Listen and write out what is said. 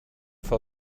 for